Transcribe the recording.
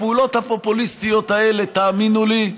הפעולות הפופוליסטיות האלה, תאמינו לי,